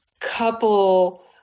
couple